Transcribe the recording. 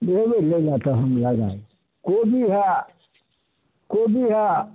अयबै लै लऽ तऽ हम लगा देब कोबी है कोबी है